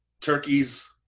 turkeys